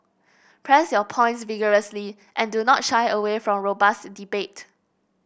press your points vigorously and do not shy away from robust debate